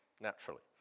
naturally